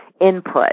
input